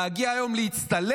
להגיע היום להצטלם.